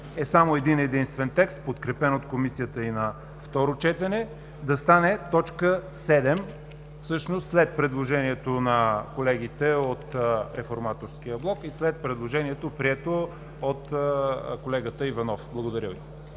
е само един-единствен текст, подкрепен от Комисията и на второ четене, да стане т. 7, всъщност след предложението на колегите от Реформаторския блок и след предложението, прието от колегата Иванов. Благодаря Ви.